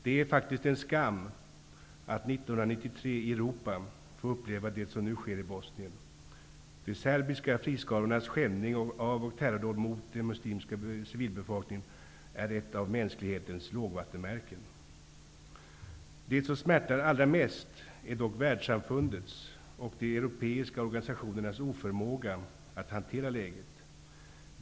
Det är faktiskt en skam att i Europa år 1993 få uppleva det som nu sker i Bosnien. De serbiska friskarornas skändning av och terrordåd mot den muslimska civilbefolkningen är ett av mänsklighetens lågvattenmärken. Det som smärtar allra mest är dock världssamfundets och de europeiska organisationernas oförmåga att hantera läget.